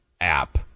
app